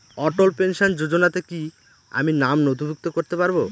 অটল pension যোজনাতে কি আমি নাম নথিভুক্ত করতে পারবো?